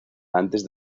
antes